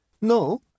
No